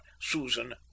susan